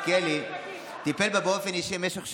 מלכיאלי טיפל בה באופן אישי במשך שנים.